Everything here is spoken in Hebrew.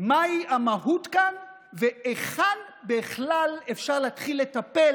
מהי המהות כאן והיכן בכלל אפשר להתחיל לטפל